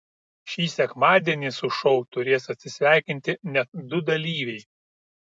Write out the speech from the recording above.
šį sekmadienį su šou turės atsisveikinti net du dalyviai